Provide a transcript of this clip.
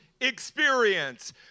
experience